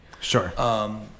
Sure